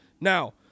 Now